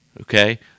okay